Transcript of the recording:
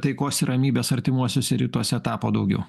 taikos ir ramybės artimuosiuose rytuose tapo daugiau